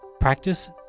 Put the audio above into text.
Practice